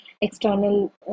external